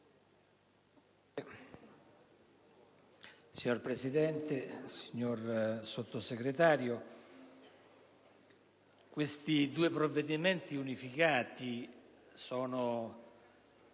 Signora Presidente, signor Sottosegretario, i due provvedimenti unificati al